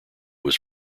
was